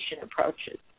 approaches